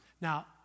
Now